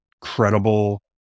credible